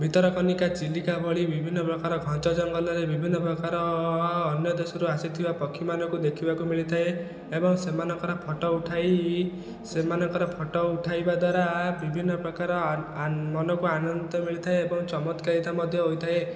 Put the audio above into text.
ଭିତରକନିକା ଚିଲିକା ଭଳି ବିଭିନ୍ନ ପ୍ରକାର ଘଞ୍ଚ ଜଙ୍ଗଲରେ ବିଭିନ୍ନ ପ୍ରକାର ଅନ୍ୟ ଦେଶରୁ ଆସିଥିବା ପକ୍ଷୀମାନଙ୍କୁ ଦେଖିବାକୁ ମିଳିଥାଏ ଏବଂ ସେମାନଙ୍କର ଫଟୋ ଉଠାଇ ସେମାନଙ୍କର ଫଟୋ ଉଠାଇବା ଦ୍ଵାରା ବିଭିନ୍ନ ପ୍ରକାର ମନକୁ ଆନନ୍ଦିତ ମିଳିଥାଏ ଏବଂ ଚମତ୍କାରୀତା ମଧ୍ୟ ହୋଇଥାଏ